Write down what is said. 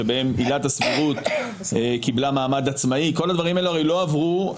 שבהם עילת הסבירות קיבלה מעמד עצמאי כל הדברים האלה הרי לא עברו,